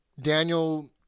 Daniel